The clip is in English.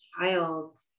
Child